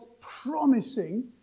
promising